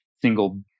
single